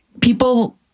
people